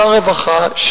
שר הרווחה,